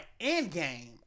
Endgame